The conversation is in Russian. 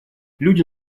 люди